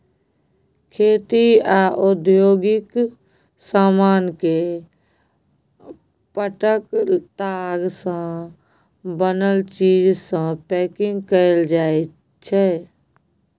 खेती आ औद्योगिक समान केँ पाटक ताग सँ बनल चीज सँ पैंकिग कएल जाइत छै